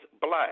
black